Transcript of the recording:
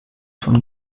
von